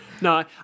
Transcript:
No